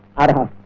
i want